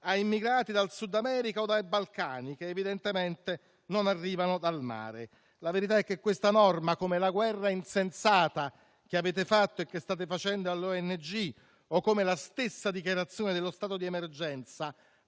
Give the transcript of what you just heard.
a immigrati dal Sud America o dai Balcani, che evidentemente non arrivano dal mare. La verità è che questa norma, come la guerra insensata che avete fatto e che state facendo alle ONG o come la stessa dichiarazione dello stato di emergenza,